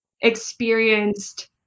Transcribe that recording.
experienced